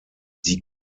die